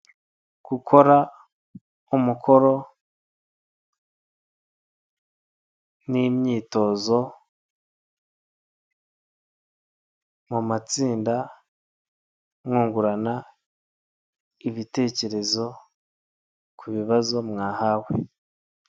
Gukora umukoro n'imyitozo mu matsinda mwungurana ibitekerezo ku bibazo mwahawe.